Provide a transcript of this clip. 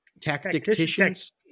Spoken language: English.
Tacticians